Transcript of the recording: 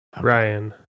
Ryan